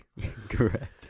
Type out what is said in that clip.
Correct